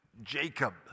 Jacob